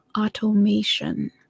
automation